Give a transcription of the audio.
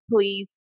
please